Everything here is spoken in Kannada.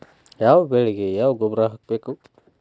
ಯಾವ ಬೆಳಿಗೆ ಯಾವ ಗೊಬ್ಬರ ಹಾಕ್ಬೇಕ್?